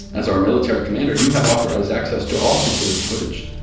as our military commander, you have authorized access to all security footage